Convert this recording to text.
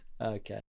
okay